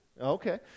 okay